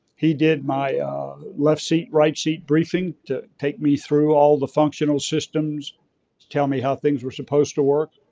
he did my left seat, right seat briefing to take me through all the functional systems, to tell me how things were supposed to work.